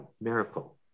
miracle